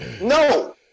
no